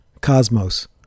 Cosmos